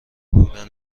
بودن